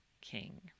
King